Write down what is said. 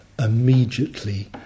immediately